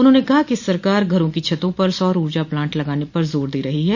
उन्होंने कहा कि सरकार घरों की छतों पर सौर ऊर्जा प्लांट लगाने पर जोर दे रही है